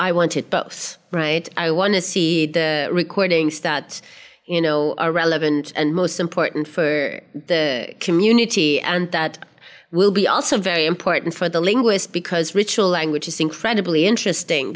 i want it both right i want to see the recordings that you know are relevant and most important for the community and that will be also very important for the linguist because ritual language is incredibly interesting